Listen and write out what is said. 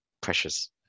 precious